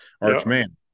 Archman